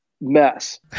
mess